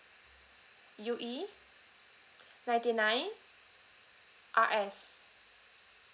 U E ninety nine R S